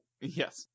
Yes